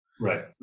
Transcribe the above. Right